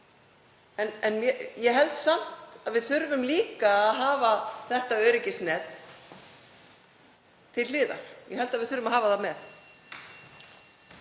En ég held samt að við þurfum líka að hafa þetta öryggisnet til hliðar. Ég held að við þurfum að hafa það með.